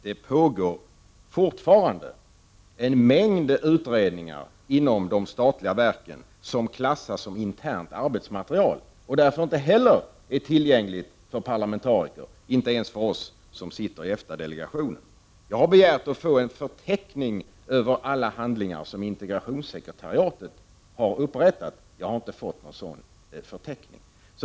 Det pågår fortfarande en mängd utredningar inom de statliga verken som klassas som internt arbetsmaterial och därför inte heller är tillgängligt för parlamentariker, inte ens för oss som sitter i EFTA-delegationen. Jag har begärt att få en förteckning över alla handlingar som integrationssekretariatet har upprättat. Jag har inte fått någon sådan förteckning.